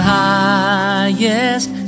highest